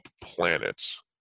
planets